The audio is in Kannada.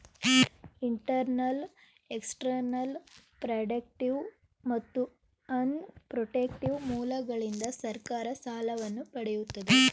ಇಂಟರ್ನಲ್, ಎಕ್ಸ್ಟರ್ನಲ್, ಪ್ರಾಡಕ್ಟಿವ್ ಮತ್ತು ಅನ್ ಪ್ರೊಟೆಕ್ಟಿವ್ ಮೂಲಗಳಿಂದ ಸರ್ಕಾರ ಸಾಲವನ್ನು ಪಡೆಯುತ್ತದೆ